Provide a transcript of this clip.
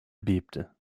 bebte